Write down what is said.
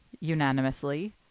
unanimously